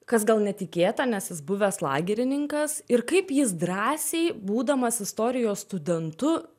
kas gal netikėta nes jis buvęs lagerininkas ir kaip jis drąsiai būdamas istorijos studentu